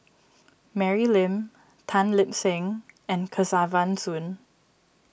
Mary Lim Tan Lip Seng and Kesavan Soon